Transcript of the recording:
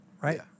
right